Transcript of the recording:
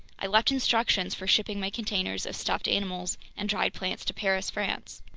i left instructions for shipping my containers of stuffed animals and dried plants to paris, france.